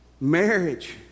marriage